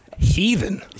heathen